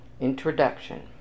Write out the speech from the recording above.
Introduction